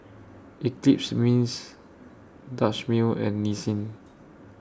Eclipse Mints Dutch Mill and Nissin